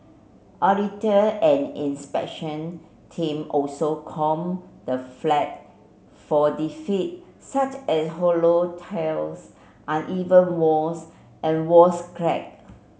auditor and inspection team also comb the flat for defect such as hollow tiles uneven walls and walls crack